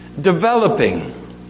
developing